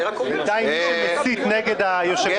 חברת הכנסת גרמן, אני